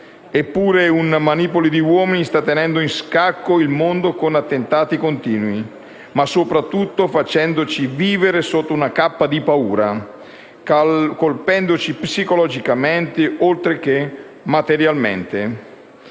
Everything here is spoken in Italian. Eppure, un manipolo di uomini sta tenendo in scacco il mondo con attentati continui, ma soprattutto facendoci vivere sotto una cappa di paura, colpendoci psicologicamente oltre che materialmente.